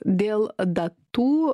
dėl datų